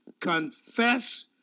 Confess